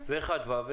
לו